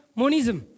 monism